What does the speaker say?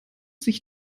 sich